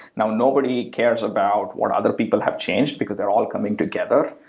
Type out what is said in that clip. and nobody cares about what other people have changed, because they're all coming together,